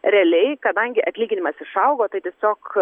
realiai kadangi atlyginimas išaugo tai tiesiog